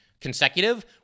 consecutive